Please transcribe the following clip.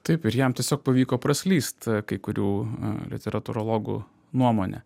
taip ir jam tiesiog pavyko praslyst kai kurių literatūrologų nuomone